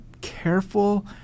careful